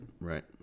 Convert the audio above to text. right